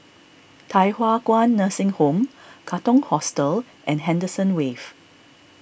Thye Hua Kwan Nursing Home Katong Hostel and Henderson Wave